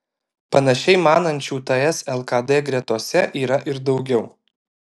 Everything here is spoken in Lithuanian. panašiai manančių ts lkd gretose yra ir daugiau